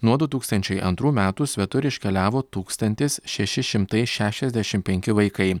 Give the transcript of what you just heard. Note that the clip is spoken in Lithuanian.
nuo du tūkstančiai antrų metų svetur iškeliavo tūkstantis šeši šimtai šešiasdešim penki vaikai